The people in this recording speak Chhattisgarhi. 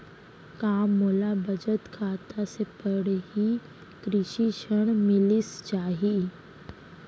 का मोला बचत खाता से पड़ही कृषि ऋण मिलिस जाही?